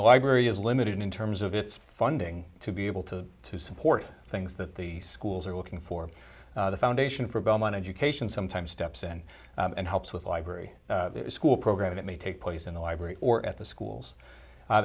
the library is limited in terms of its funding to be able to to support things that the schools are looking for the foundation for belmont education sometimes steps in and helps with a library school program that may take place in the library or at the schools a